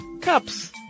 cups